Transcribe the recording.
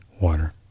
water